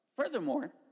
Furthermore